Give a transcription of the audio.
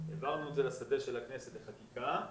העברנו את זה לשדה של הכנסת בחקיקה,